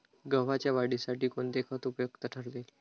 गव्हाच्या वाढीसाठी कोणते खत उपयुक्त ठरेल?